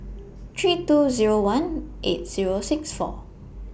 three two Zero one eight Zero six four